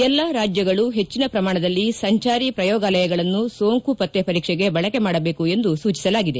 ಎಲ್ಲ ರಾಜ್ಯಗಳು ಹೆಚ್ಚಿನ ಪ್ರಮಾಣದಲ್ಲಿ ಸಂಜಾರಿ ಪ್ರಯೋಗಾಲಯಗಳನ್ನು ಸೋಂಕು ಪತ್ತೆ ಪರೀಕ್ಷೆಗೆ ಬಳಕೆ ಮಾಡಬೇಕು ಎಂದು ಸೂಚಿಸಲಾಗಿದೆ